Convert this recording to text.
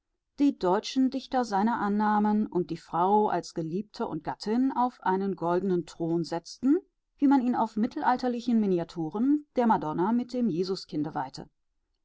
die deutschen dichter seiner annahmen und die frau als geliebte und gattin auf einen goldenen thron setzten wie man ihn auf mittelalterlichen miniaturen der madonna mit dem jesuskinde weihte